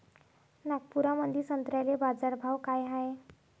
नागपुरामंदी संत्र्याले बाजारभाव काय हाय?